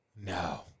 No